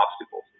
obstacles